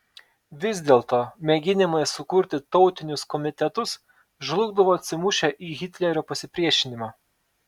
vis dėlto mėginimai sukurti tautinius komitetus žlugdavo atsimušę į hitlerio pasipriešinimą